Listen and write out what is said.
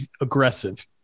aggressive